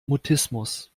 mutismus